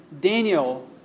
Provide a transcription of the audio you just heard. Daniel